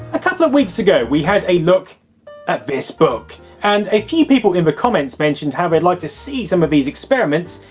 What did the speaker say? a couple of weeks ago we had a look at this book. and a few people in the comments mentioned how they'd like to see some of these experiments,